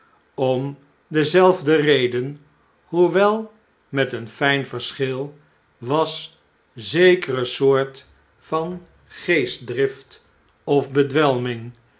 om dezelfde reden hoewel met een fijn verschil was zekere soort van geestdrift of bedwelming